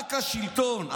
רק השלטון.